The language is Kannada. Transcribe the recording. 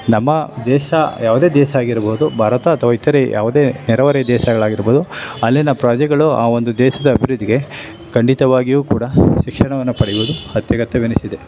ನಮ್ಮ ದೇಶ ಯಾವುದೇ ದೇಶ ಆಗಿರ್ಬೋದು ಭಾರತ ಅಥವಾ ಇತರೆ ಯಾವುದೇ ನೆರೆಹೊರೆಯ ದೇಶಗಳಾಗಿರ್ಬೋದು ಅಲ್ಲಿನ ಪ್ರಜೆಗಳು ಆ ಒಂದು ದೇಶದ ಅಭಿವೃದ್ಧಿಗೆ ಖಂಡಿತವಾಗಿಯೂ ಕೂಡ ಶಿಕ್ಷಣವನ್ನು ಪಡೆಯುವುದು ಅತ್ಯಗತ್ಯವೆನಿಸಿದೆ